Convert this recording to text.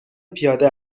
پیاده